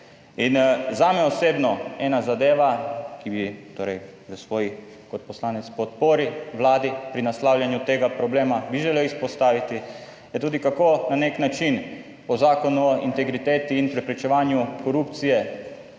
In zame osebno ena zadeva, ki bi torej v svoji kot poslanec podpori Vladi pri naslavljanju tega problema bi želel izpostaviti je tudi, kako na nek način po Zakonu o integriteti in preprečevanju korupcije,